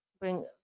Bring